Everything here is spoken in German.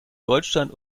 deutschland